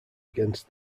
against